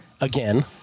again